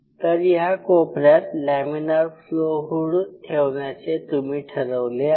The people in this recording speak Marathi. तर या कोपऱ्यात लॅमीनार फ्लो हुड ठेवण्याचे तुम्ही ठरवले आहे